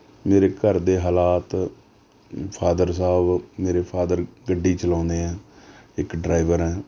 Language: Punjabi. ਮੇਰੇ ਘਰਦੇ ਹਾਲਾਤ ਫਾਦਰ ਸ੍ਹਾਬ ਮੇਰੇ ਫਾਦਰ ਗੱਡੀ ਚਲਾਉਂਦੇ ਹੈ ਇੱਕ ਡਰਾਈਵਰ ਹੈ